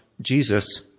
Jesus